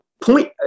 point